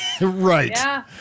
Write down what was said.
Right